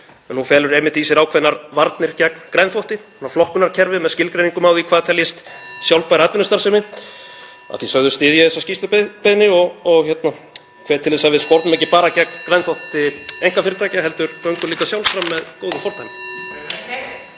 en hún felur einmitt í sér ákveðnar varnir gegn grænþvotti, flokkunarkerfi með skilgreiningum á því hvað teljist sjálfbær atvinnustarfsemi. (Forseti hringir.) Að því sögðu styð ég þessa skýrslubeiðni og hvet til þess að við spornum ekki bara gegn grænþvotti einkafyrirtækja heldur göngum líka sjálf fram með góðu fordæmi.